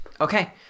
Okay